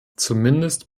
zumindest